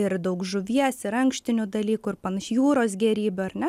ir daug žuvies ir ankštinių dalykų ir panaš jūros gėrybių ar ne